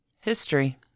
history